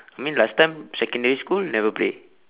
I mean last time secondary school you never play